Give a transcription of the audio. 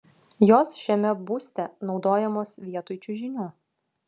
jos šiame būste naudojamos vietoj čiužinių